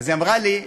אז היא אמרה לי: